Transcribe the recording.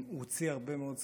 הוא הוציא הרבה מאוד ספרים,